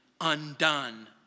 undone